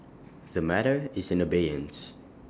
the matter is in abeyance